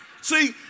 see